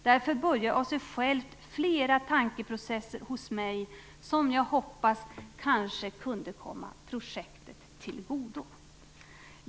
Därför börjar av sig självt flera tankeprocesser hos mig, som jag hoppas kanske kunde komma projektet till godo.